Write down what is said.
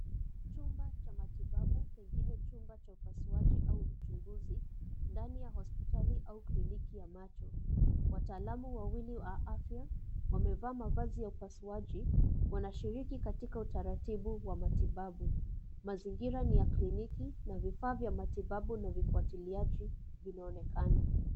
Chumba cha matibabu pengine chumba cha upasuaji au uchunguzi ndani ya hospitali au kliniki ya macho. Wataaalamu wawili wa afya wamevaa mavazi ya upasuaji wanashiriki katika utaratibu wa matibabu. Mazingira ni ya kliniki na vifaa vya matibabu na vifuatiliaji vinaonekana.